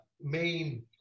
main